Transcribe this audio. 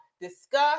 discuss